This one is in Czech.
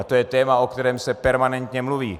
To je téma, o kterém se permanentně mluví.